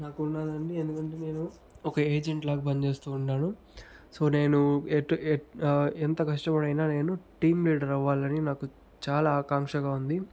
నాకున్నదండి ఎందుకంటే నేను ఒక ఏజెంట్లాగా పనిచేస్తూ ఉంటాను సో నేను ఎటు ఎంత కష్టపడైనా నేను టీం లీడర్ అవ్వాలని నాకు చాలా ఆకాంక్షగా ఉంది